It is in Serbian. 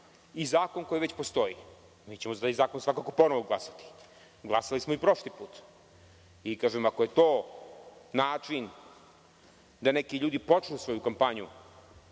i zakon koji već postoji? Mi ćemo za taj zakon svakako ponovo glasati, glasali smo i prošli put. Ako je to način da neki ljudi počnu svoju kampanju